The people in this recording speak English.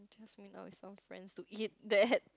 I jsut went out with some friends to eat that